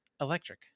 electric